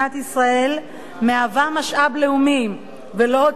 מהווה משאב לאומי ולא הוצאה לאומית.